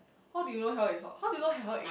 how do you know hell is hot how do you know hell e~